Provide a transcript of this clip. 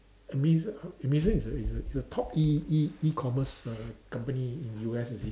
Amazon Amazon is a is a is a top E E E commerce uh company in U_S you see